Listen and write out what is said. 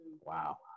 Wow